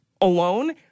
alone